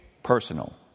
personal